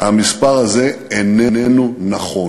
המספר הזה איננו נכון.